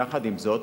יחד עם זאת,